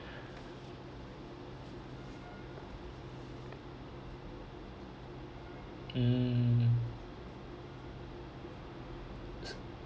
mm